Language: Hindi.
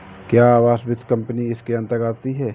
क्या आवास वित्त कंपनी इसके अन्तर्गत आती है?